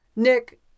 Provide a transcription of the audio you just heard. Nick